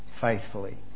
faithfully